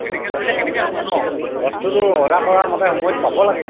এনেকৈ কৰিলে কেনেকৈ হ'ব ন বস্তুটো অৰ্ডাৰ কৰা মতে সময়ত পাব লাগে